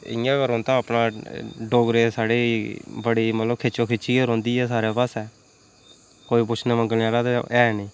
इ'यां गै रौंह्दा अपना डोगरें साढ़े बड़ी मतलब खिच्चो खिच्ची गै रौंह्दी ऐ सारै पास्सै कोई पुच्छने मंगने आह्ला ते ऐ नी